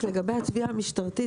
לגבי התביעה המשטרתית,